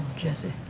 jessie.